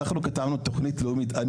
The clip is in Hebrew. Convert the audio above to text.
אנחנו כתבנו תוכנית לאומית,